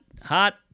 hot